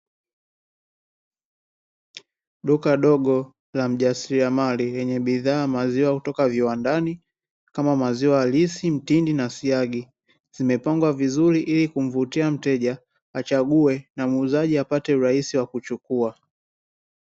Duka dogo la mjasiriamali lenye bidhaa maziwa kutoka viwandani kama maziwa halisi, mtindi na siagi zimepangwa vizuri ili kumvutia mteja achague na muuzaji apate urahisi wa kuchukua.